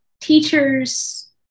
teachers